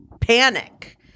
panic